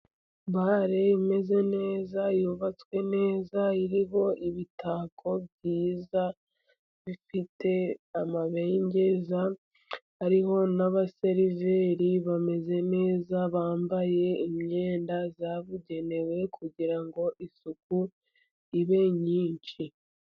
Bare imeze neza yubatswe neza, iriho ibitako byiza bifite amabengeza, ariho n'abaseriveri bameze neza, bambaye imyenda yabugenewe kugira ngo isuku ibe nyinshi.